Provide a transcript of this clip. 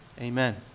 Amen